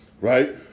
right